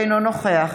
אינו נוכח